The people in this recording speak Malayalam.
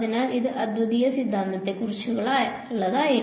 അതിനാൽ ഇത് അദ്വിതീയ സിദ്ധാന്തത്തെക്കുറിച്ചായിരുന്നു